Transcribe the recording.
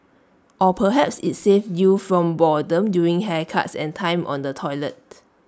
or perhaps IT saved you from boredom during haircuts and time on the toilet